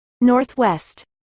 Northwest